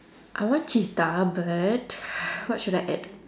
I want cheetah but what should I add